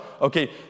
Okay